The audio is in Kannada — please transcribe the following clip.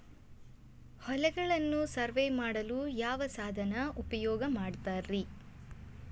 ಹೊಲಗಳನ್ನು ಸರ್ವೇ ಮಾಡಲು ಯಾವ ಸಾಧನ ಉಪಯೋಗ ಮಾಡ್ತಾರ ರಿ?